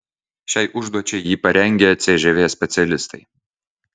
šiai užduočiai jį parengę cžv specialistai